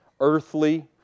earthly